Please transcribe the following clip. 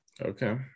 okay